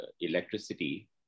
electricity